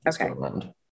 Okay